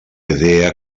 idea